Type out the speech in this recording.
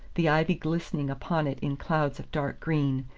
the ivy glistening upon it in clouds of dark green,